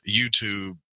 YouTube